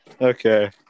Okay